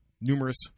numerous